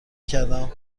کردم